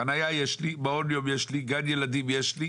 חניה יש לי, מעון יום יש לי, גן ילדים יש לי.